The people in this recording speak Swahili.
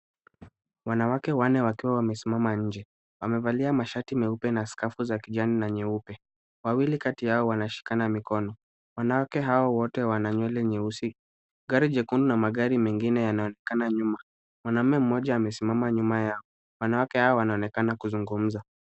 Wanawake wanne wakiwa wamesimama nje. Wamevalia mashati meupe na skafu za kijani na nyeupe. Wawili kati yao wanashikana mikono. Wanawake hao wote wana nywele nyeusi. Gari jekundu na magari mengine yanaonekana nyuma. Mwanaume mmoja amesimama nyuma yao. Wanawake hawa wanaonekana kuzungumza.